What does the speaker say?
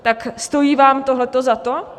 Tak stojí vám tohleto za to?